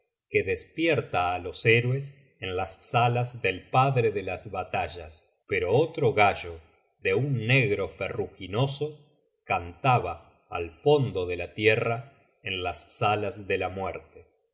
que despierta á los héroes en las salas del padre de las batallas pero otro gallo de un negro ferruginoso cantaba al fondo de la tierra en las salas de la muerte